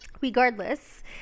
regardless